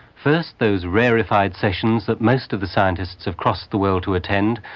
first, those rarefied sessions that most of the scientists have crossed the world to attend,